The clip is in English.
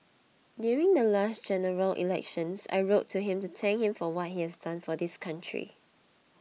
during the last General Elections I wrote to him to thank him for what he has done for this country